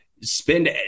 spend